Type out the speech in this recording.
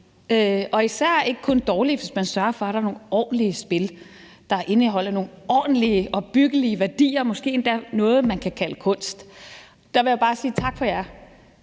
og især ikke kun dårligt, hvis man sørger for, at der er nogle ordentlige spil, der indeholder nogle ordentlige opbyggelige værdier, måske endda noget, man kan kalde kunst. Der vil jeg bare sige tak for jer!